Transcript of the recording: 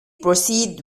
proceed